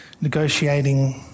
negotiating